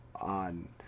on